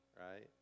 right